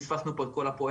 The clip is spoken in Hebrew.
פספסנו פה את כל הפואנטה,